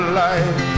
life